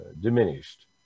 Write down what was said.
diminished